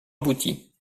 abouti